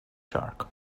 shark